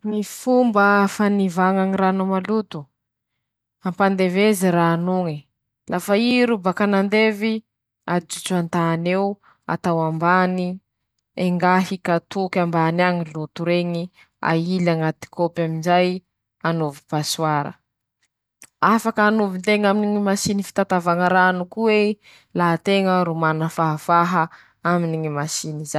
Ñy asany ñy climatiseur moa amy ñy fampañintsiña ñy efitraño: -Ñy fangalany ñy compresôro aminy ñ'ento refregeran<ptoa>, -Ñy famindrany ñy hafana, aminy condacé; -Ñy fañintsiñany aminy ñy vaporatôro, -Manahaky anizay ñy fañaparitahany ñy tsioky manintsinintsy; -Farany ñy fañampoliany ñy tsingery.